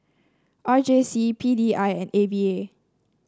R J C P D I and A V A